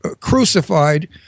crucified